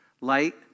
Light